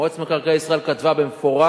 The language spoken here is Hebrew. מועצת מקרקעי ישראל כתבה במפורש